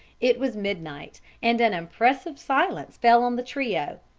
it was midnight, and an impressive silence fell on the trio.